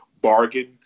bargain